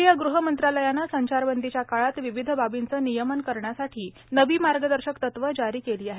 केंद्रीय गृह मंत्रालयाने संचारबंदीच्या काळात विविध बाबींचे नियमन करण्यासाठी नवी मार्गदर्शक तत्वे जारी केली आहेत